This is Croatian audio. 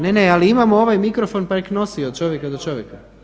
Ne, ne, ali imamo ovaj mikrofon pa nek nosi od čovjeka do čovjeka.